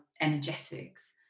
energetics